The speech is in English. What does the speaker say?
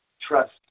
trust